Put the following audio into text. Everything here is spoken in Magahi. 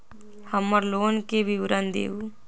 हमर लोन के विवरण दिउ